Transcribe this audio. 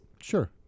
sure